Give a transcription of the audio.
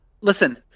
Listen